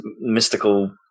mystical